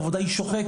העבודה היא שוחקת,